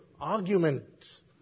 arguments